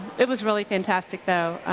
it was really fantastic, though.